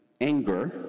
anger